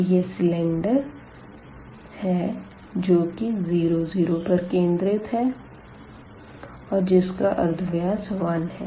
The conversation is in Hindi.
तो यह सिलेंडर है जो की 0 0 पर केंद्रित है और जिसका अर्धव्यास 1 है